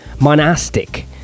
Monastic